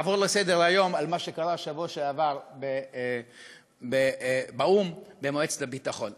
לעבור לסדר-היום על מה שקרה בשבוע שעבר באו"ם במועצת הביטחון.